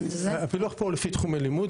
הפילוח כאן הוא לפי תחומי לימוד,